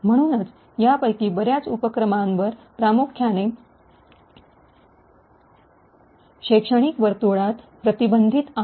म्हणूनच यापैकी बर्याच उपक्रमांवर प्रामुख्याने शैक्षणिक वर्तुळात प्रतिबंधित आहे